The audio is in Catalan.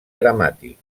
gramàtic